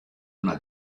una